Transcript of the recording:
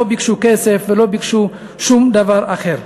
לא ביקשו כסף ולא ביקשו שום דבר אחר.